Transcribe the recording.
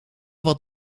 wat